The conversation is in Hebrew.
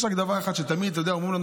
יש רק דבר אחד שתמיד אומרים לנו,